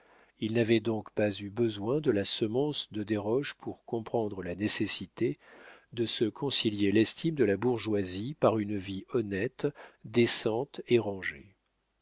il n'avait donc pas eu besoin de la semonce de desroches pour comprendre la nécessité de se concilier l'estime de la bourgeoisie par une vie honnête décente et rangée